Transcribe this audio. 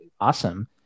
awesome